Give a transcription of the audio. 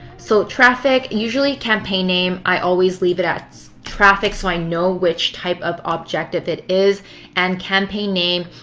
so traffic, usually campaign name, i always leave it as traffic so i know which type of objective it is and campaign name,